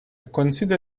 consider